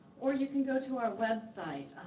or you can go to our website,